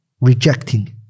rejecting